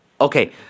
Okay